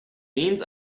means